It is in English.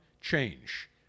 change